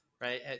right